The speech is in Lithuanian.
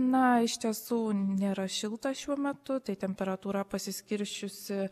na iš tiesų nėra šilta šiuo metu tai temperatūra pasiskirsčiusi